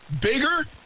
bigger